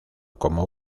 como